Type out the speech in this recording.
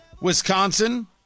Wisconsin